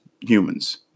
humans